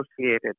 associated